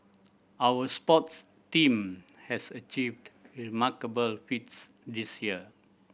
our sports team has achieved remarkable feats this year